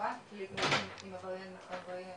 בעברייני